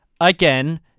again